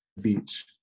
beach